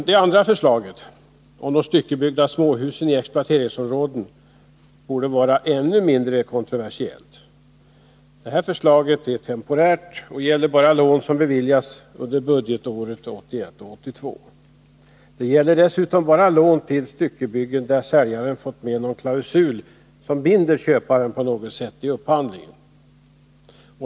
Det andra förslaget om de styckebyggda småhusen i exploateringsområden borde vara än mindre kontroversiellt. Förslaget är temporärt och gäller bara lån som beviljas under budgetåret 1981/82. Det gäller dessutom bara lån till styckebyggen där säljaren fått med någon klausul som binder köparen på något sätt i upphandlingen.